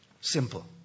Simple